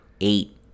eight